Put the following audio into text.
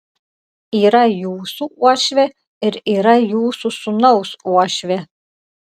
yra jūsų uošvė ir yra jūsų sūnaus uošvė